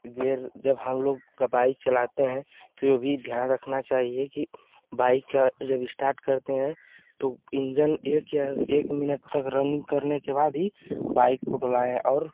gear जब हम लोग का बाइक चलाते हैं तो ये भी ध्यान रखना चाहिए कि बाइक जब इस्टार्ट करते हें तो इंजन एक या एक मिनट तक रनिंग करने के बाद ही बाइक को डोलाएँ और